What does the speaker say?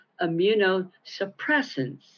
immunosuppressants